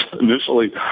initially